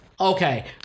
Okay